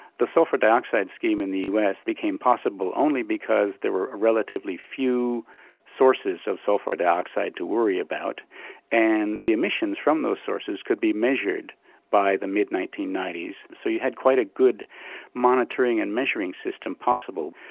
the sulphur dioxide scheme in the us became possible only because there were relatively few sources of sulphur dioxide to worry about and the emissions form those sources could be measured by the mid nineteen ninety s, so you had quite a good monitoring and measuring system possible.